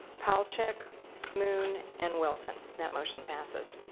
palchik, moon and wilson. that motion passes.